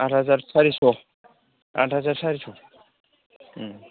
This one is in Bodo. आद हाजार सारिस' आद हाजार सारिस'